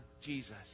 Jesus